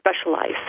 specialize